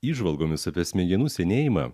įžvalgomis apie smegenų senėjimą